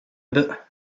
about